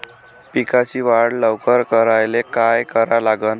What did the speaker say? पिकाची वाढ लवकर करायले काय करा लागन?